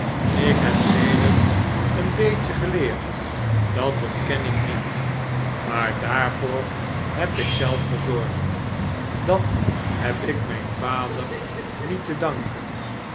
voldoenihg ikheb sedert een beetje geleerd dat ontken ik niet maar daarvoor heb ik zelf gezorgd dat heb ik mijn vader niet te danken